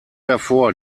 davor